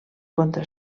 contra